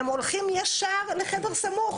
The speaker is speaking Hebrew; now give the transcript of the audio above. הם הולכים ישר לחדר סמוך,